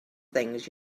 things